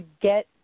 get